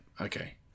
Okay